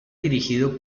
dirigido